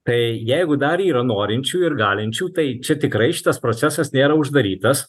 tai jeigu dar yra norinčių ir galinčių tai čia tikrai šitas procesas nėra uždarytas